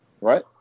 right